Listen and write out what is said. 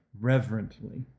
reverently